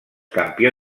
campió